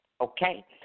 okay